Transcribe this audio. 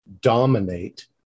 dominate